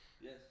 Yes